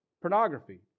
pornography